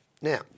Now